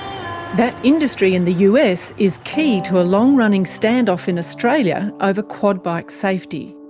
that industry in the us is key to a long running stand-off in australia over quad bike safety.